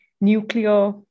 nuclear